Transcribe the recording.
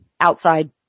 Outside